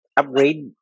upgrade